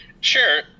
sure